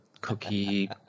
cookie